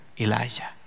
Elijah